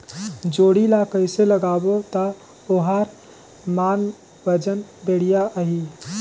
जोणी ला कइसे लगाबो ता ओहार मान वजन बेडिया आही?